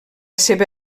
seva